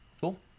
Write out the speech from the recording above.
cool